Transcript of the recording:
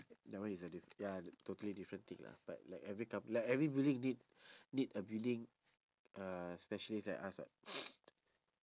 that one is a diff~ ya totally different thing lah but like every company like every building need need a building uh specialist like us [what]